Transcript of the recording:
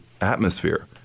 atmosphere